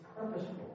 purposeful